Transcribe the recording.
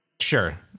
sure